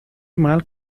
mal